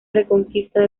reconquista